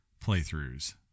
playthroughs